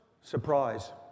surprise